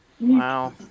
Wow